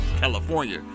California